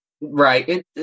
right